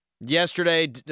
yesterday